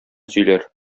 сөйләр